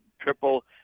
triple